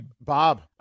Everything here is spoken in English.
bob